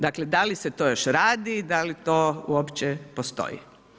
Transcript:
Dakle, da li se to još radi, da li to uopće postoji?